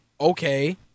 okay